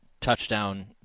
touchdown